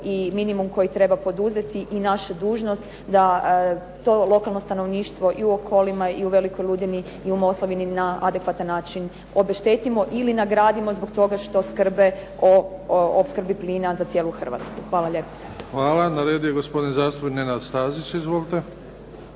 i minimum koji treba poduzeti i naša dužnost da to lokalno stanovništvo i u Okolima, i u Velikoj Ludini i u Moslavini na adekvatan način obeštetimo ili nagradimo zbog toga što skrbe o opskrbi plina za cijelu Hrvatsku. Hvala lijepa. **Bebić, Luka (HDZ)** Hvala. Na redu je gospodin zastupnik Nenad Stazić. Izvolite.